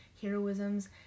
heroisms